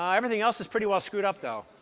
um everything else is pretty well screwed up, though.